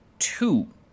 Two